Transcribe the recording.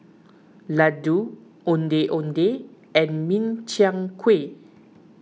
Laddu Ondeh Ondeh and Min Chiang Kueh